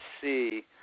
see